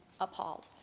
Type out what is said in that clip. Appalled